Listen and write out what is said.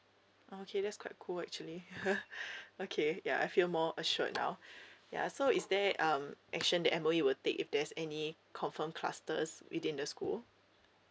oh okay that's quite cool actually okay ya I feel more assured now ya so is there any um action that and we will take if there's any confirm clusters within the school